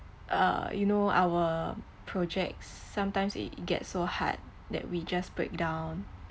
uh you know our projects sometimes it gets so hard that we just breakdown